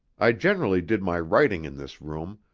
i generally did my writing in this room,